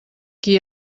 qui